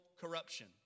corruption